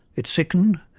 it sickened,